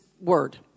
word